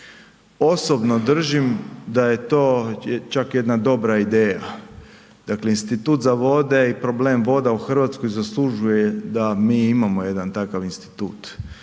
osobno držim da je to čak jedna dobra ideja, dakle institut za vode i problem voda u Hrvatskoj zaslužuje da mi imamo jedan takav institut